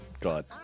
God